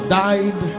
died